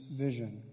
vision